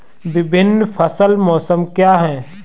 विभिन्न फसल मौसम क्या हैं?